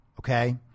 Okay